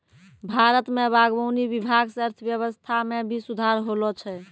भारत मे बागवानी विभाग से अर्थव्यबस्था मे भी सुधार होलो छै